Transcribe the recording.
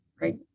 right